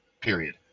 period